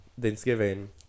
Thanksgiving